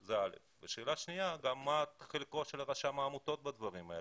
שאלה שנייה היא מה חלקו של רשם העמותות בדברים האלה.